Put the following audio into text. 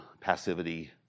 passivity